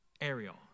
Ariel